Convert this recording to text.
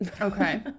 Okay